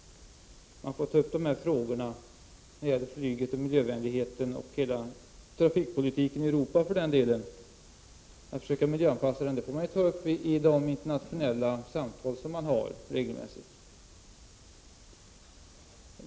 Man får ta upp frågorna om flyget och miljövänligheten — om att försöka miljöanpassa hela trafikpolitiken i Europa, för den delen — vid de internationella samtal som man regelmässigt för.